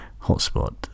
hotspot